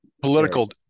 political